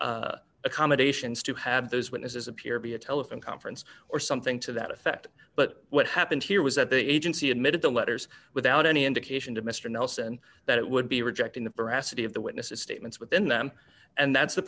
make accommodations to have those witnesses appear via telephone conference or something to that effect but what happened here was that the agency admitted the letters without any indication to mr nelson that it would be rejecting the veracity of the witnesses statements within them and that's the